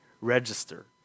register